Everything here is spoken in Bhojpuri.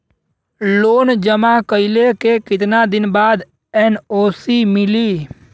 लोन जमा कइले के कितना दिन बाद एन.ओ.सी मिली?